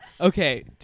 okay